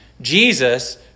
Jesus